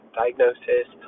diagnosis